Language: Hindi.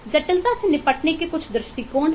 जटिलता से निपटने के कुछ दृष्टिकोण है